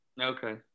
Okay